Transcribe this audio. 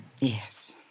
Yes